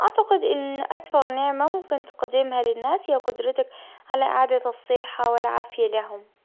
اعتقد ان اكثر نعمة ممكن تقدمها للناس هي قدرتك على اعادة الصحة والعافية لهم